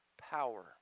power